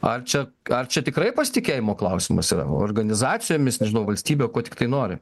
ar čia ar čia tikrai pasitikėjimo klausimas yra organizacijomis nežinau valstybe kuo tiktai nori